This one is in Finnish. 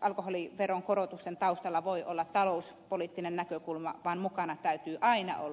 alkoholiveron korotusten taustalla voi olla pelkästään talouspoliittinen näkökulma vaan mukana täytyy aina olla terveyspoliittiset perusteet